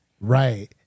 Right